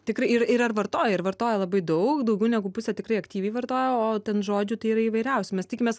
tikrai ir ir ar vartoja ir vartoja labai daug daugiau negu pusė tikrai aktyviai vartoja o ten žodžių tai yra įvairiausių mes tikimės